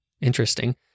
Interesting